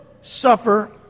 suffer